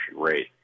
rate